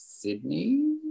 Sydney